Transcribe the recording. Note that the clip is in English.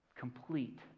complete